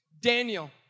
Daniel